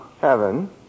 Heaven